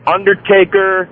Undertaker